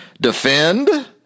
defend